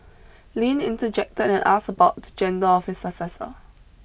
Lin interjected and asked about the gender of his successor